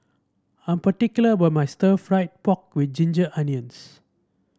I am particular about my stir fry pork with Ginger Onions